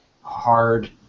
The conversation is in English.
hard